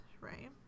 right